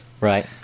Right